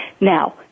now